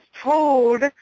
told